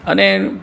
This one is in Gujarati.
અને